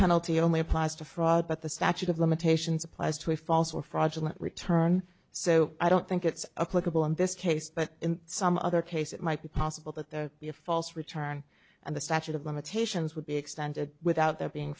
penalty only applies to fraud but the statute of limitations applies to a false or fraudulent return so i don't think it's a clickable in this case but in some other case it might be possible that there be a false return and the statute of limitations would be extended without there being